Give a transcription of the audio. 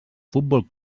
futbol